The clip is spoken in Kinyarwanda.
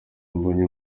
mbonye